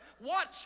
Watch